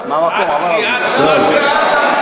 עד קריאת שמע של שחרית.